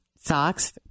socks